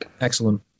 Excellent